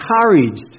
encouraged